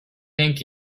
thank